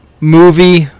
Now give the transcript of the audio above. movie